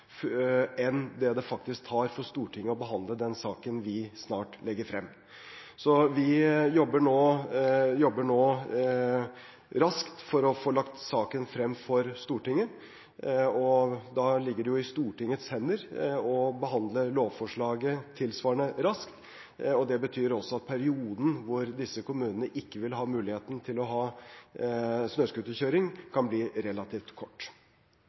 enn det det faktisk tar for Stortinget å behandle den saken vi snart legger frem. Vi jobber nå raskt for å få lagt saken frem for Stortinget. Da ligger det i Stortingets hender å behandle lovforslaget tilsvarende raskt. Det betyr også at perioden hvor disse kommunene ikke vil ha muligheten til å ha snøscooterkjøring kan bli relativt kort.